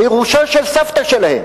הירושה של סבתא שלהם.